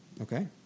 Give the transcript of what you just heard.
Okay